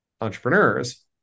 entrepreneurs